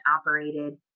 operated